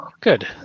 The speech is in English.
good